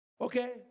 Okay